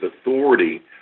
authority